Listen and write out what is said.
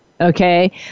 Okay